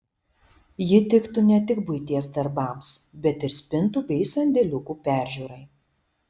ji tiktų ne tik buities darbams bet ir spintų bei sandėliukų peržiūrai